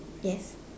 yes